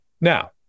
Now